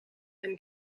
and